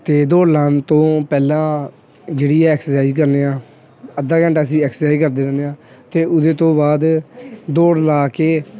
ਅਤੇ ਦੌੜ ਲਗਾਉਣ ਤੋਂ ਪਹਿਲਾਂ ਜਿਹੜੀ ਐਕਸਰਸਾਈਜ ਕਰਦੇ ਹਾਂ ਅੱਧਾ ਘੰਟਾ ਅਸੀਂ ਐਕਸਰਸਾਈਜ ਕਰਦੇ ਰਹਿੰਦੇ ਹਾਂ ਅਤੇ ਉਹਦੇ ਤੋਂ ਬਾਅਦ ਦੌੜ ਲਾ ਕੇ